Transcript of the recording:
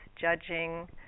judging